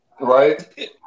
Right